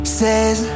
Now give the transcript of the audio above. says